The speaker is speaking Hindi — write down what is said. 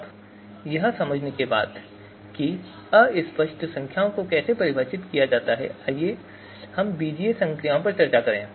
अब यह समझने के बाद कि अस्पष्ट संख्याओं को कैसे परिभाषित किया जाता है आइए हम बीजीय संक्रियाओं पर चर्चा करें